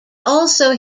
also